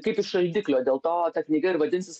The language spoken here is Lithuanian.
kaip iš šaldiklio dėlto ta knyga ir vadinsis